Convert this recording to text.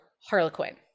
Harlequin